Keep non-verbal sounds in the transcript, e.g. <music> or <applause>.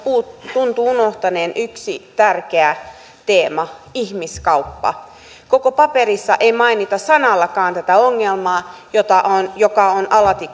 tuntuu unohtuneen yksi tärkeä teema ihmiskauppa koko paperissa ei mainita sanallakaan tätä ongelmaa joka on alati <unintelligible>